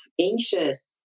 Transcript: anxious